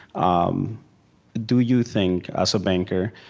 um do you think, as a banker,